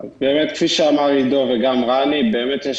אז כפי שאמר עידו וגם רני באמת יש